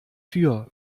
für